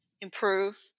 improve